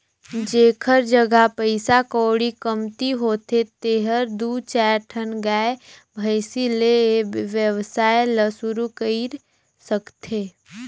जेखर जघा पइसा कउड़ी कमती होथे तेहर दू चायर ठन गाय, भइसी ले ए वेवसाय ल सुरु कईर सकथे